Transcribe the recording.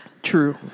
True